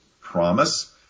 promise